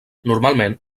normalment